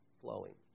flowing